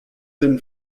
than